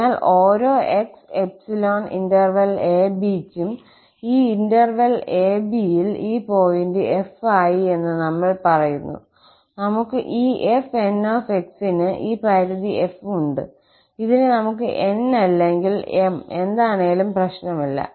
അതിനാൽ ഓരോ 𝑥 ∈ 𝑎 𝑏 ക്കും ഈ ഇന്റെർവെൽ𝑎 𝑏 ൽ ഈ പോയിന്റ് 𝑓 ആയി എന്ന് നമ്മൾ പറയുന്നു നമുക്ക് ഈ 𝑓𝑛𝑥 ന് ഈ പരിധി f ഉണ്ട് ഇതിനെ നമുക്ക് 𝑛 അല്ലെങ്കിൽ 𝑚 എന്താണേലും പ്രശ്നമില്ല